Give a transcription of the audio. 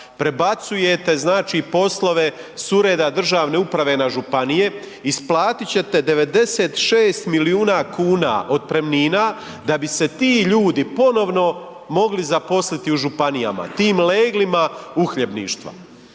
Prebacujete znači poslove sa ureda državne uprave na županije. Isplatiti ćete 96 milijuna kuna otpremnina da bi se ti ljudi ponovno mogli zaposliti u županijama. Tim leglima uhljebništva.